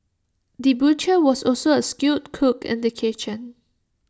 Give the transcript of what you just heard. the butcher was also A skilled cook in the kitchen